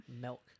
Milk